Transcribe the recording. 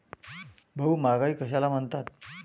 भाऊ, महागाई कशाला म्हणतात?